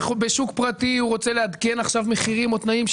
בשוק פרטי הוא רוצה לעדכן עכשיו מחירים או תנאים,